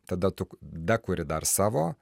tada tu dakuri dar savo